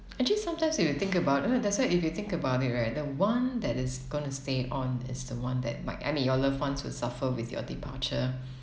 actually sometimes if you think about it right that's why if you think about it right the one that is gonna stay on is the one that might I mean your loved ones will suffer with your departure